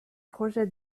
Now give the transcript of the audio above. projettent